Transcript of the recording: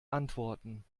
antworten